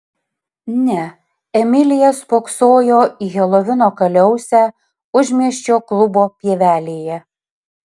ne emilija spoksojo į helovino kaliausę užmiesčio klubo pievelėje